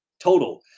Total